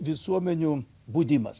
visuomenių budimas